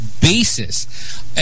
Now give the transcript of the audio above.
basis